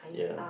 ya